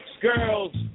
girls